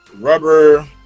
rubber